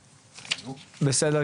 בבקשה.